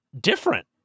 different